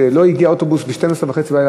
כשלא הגיע אוטובוס ב-00:30,